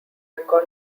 recall